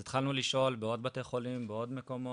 אז התחלנו לשאול בעוד בתי חולים, בעוד מקומות,